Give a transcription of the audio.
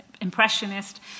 impressionist